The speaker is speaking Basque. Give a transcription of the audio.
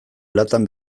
latan